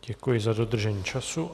Děkuji za dodržení času.